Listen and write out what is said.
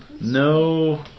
No